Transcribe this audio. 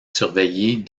surveillée